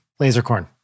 LaserCorn